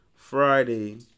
Friday